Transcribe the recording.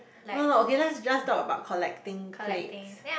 no no okay let's just talk about collecting plates